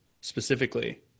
specifically